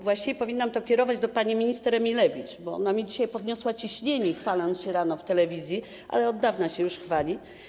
Właściwie powinnam to pytanie kierować do pani minister Emilewicz, bo ona mi dzisiaj podniosła ciśnienie, chwaląc się rano w telewizji, ale od dawna się już chwali.